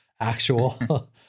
actual